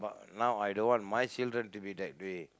but now I don't want my children to be that way